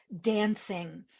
dancing